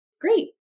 great